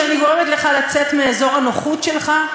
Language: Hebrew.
לכבוד הוא לי שאני גורמת לך לצאת מאזור הנוחות שלך,